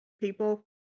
people